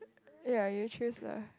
ya you choose lah